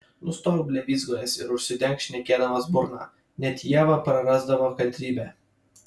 nustok blevyzgojęs ir užsidenk šnekėdamas burną net ieva prarasdavo kantrybę